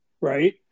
right